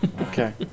Okay